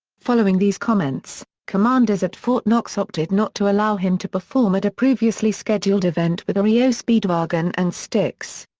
following these comments, commanders at fort knox opted not to allow him to perform at a previously scheduled event with reo speedwagon and styx.